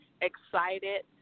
excited